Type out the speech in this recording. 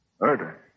Murder